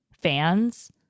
fans